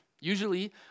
Usually